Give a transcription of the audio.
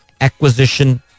Acquisition